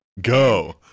Go